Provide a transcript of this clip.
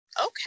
okay